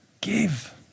Give